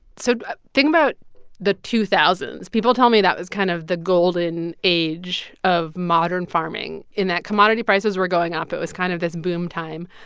so think about the two thousand s. people tell me that was kind of the golden age of modern farming in that commodity prices were going up. it was kind of this boom time.